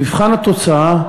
במבחן התוצאה,